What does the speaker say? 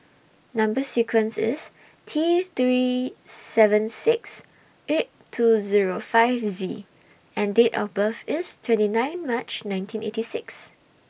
Number sequence IS T three seven six eight two Zero five Z and Date of birth IS twenty nine March nineteen eighty six